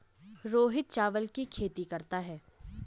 रोहित चावल की खेती करता है